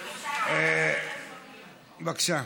בבקשה.